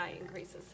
increases